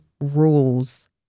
rules